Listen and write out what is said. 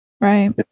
Right